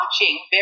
watching